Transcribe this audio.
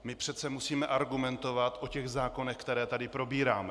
My přece musíme argumentovat o těch zákonech, které tady probíráme.